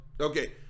Okay